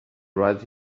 right